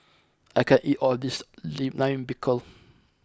I can't eat all of this Lime Pickle